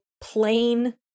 plain